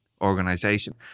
organization